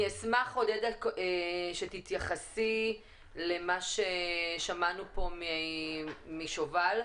אני אשמח עודדה שתתייחסי למה ששמענו משובל,